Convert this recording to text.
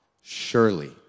surely